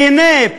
והנה,